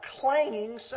clanging